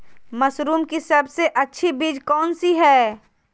Mushroom की सबसे अच्छी बीज कौन सी है?